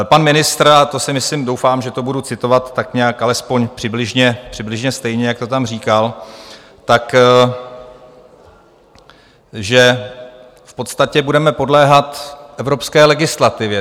Pan ministr a to si myslím, doufám, že to budu citovat tak nějak alespoň přibližně stejně, jak to tam říkal řekl, že v podstatě budeme podléhat evropské legislativě.